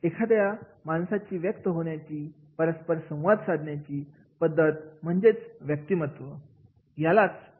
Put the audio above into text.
एखाद्या माणसाची व्यक्त होण्याची परस्पर संवाद साधण्याची पद्धत म्हणजे व्यक्तिमत्व